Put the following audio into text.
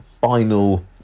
final